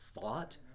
thought